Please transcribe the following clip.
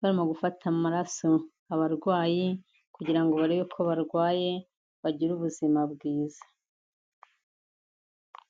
barimo gufata amaraso abarwayi, kugira ngo barebe ko barwaye, bagire ubuzima bwiza.